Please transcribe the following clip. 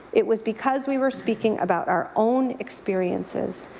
it was because we were speaking about our own experiences,